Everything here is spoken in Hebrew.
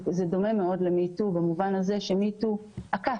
דומה מאוד ל-Me too במובן הזה ש-Me too עקף